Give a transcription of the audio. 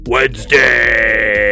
Wednesday